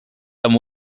amb